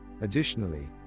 Additionally